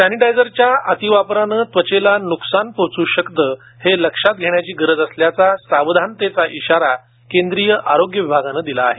सॅनिटायझरच्या अतिवापराने त्वचेला न्कसान पोच् शकतं हे लक्षात घेण्याची गरज असल्याचा सावधानतेचा इशारा केंद्रीय आरोग्य विभागानं दिला आहे